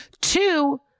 Two